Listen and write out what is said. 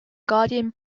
guardian